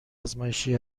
ازمایشی